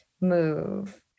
Move